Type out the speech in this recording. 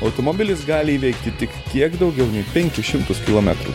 automobilis gali įveikti tik kiek daugiau nei penkis šimtus kilometrų